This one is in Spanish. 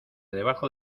debajo